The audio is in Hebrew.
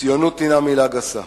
ציונות אינה מלה גסה.